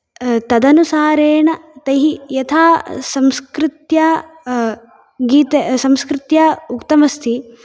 तदनुसारेण तैः यथा संस्कृत्या गीत संस्कृत्या उक्तम् अस्ति